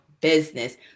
business